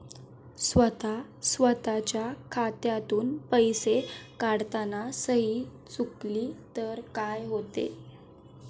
स्वतः स्वतःच्या खात्यातून पैसे काढताना सही चुकली तर काय होते?